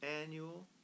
annual